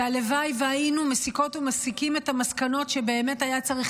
הלוואי שהיינו מסיקות ומסיקים את המסקנות שבאמת היה צריך